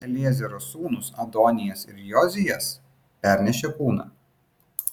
eliezero sūnūs adonijas ir jozijas pernešė kūną